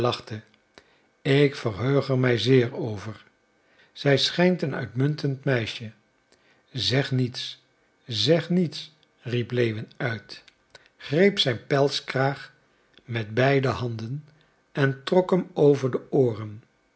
ik verheug er mij zeer over zij schijnt een uitmuntend meisje zeg niets zeg niets riep lewin uit greep zijn pelskraag met beide handen en trok hem over de ooren